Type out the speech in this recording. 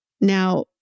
Now